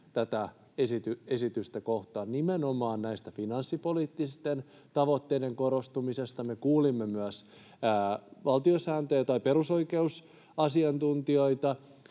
tätä esitystä kohtaan nimenomaan näiden finanssipoliittisten tavoitteiden korostumisesta, me kuulimme myös perusoikeusasiantuntijoita